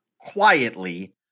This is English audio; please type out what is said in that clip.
quietly